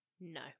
No